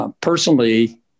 Personally